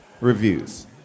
reviews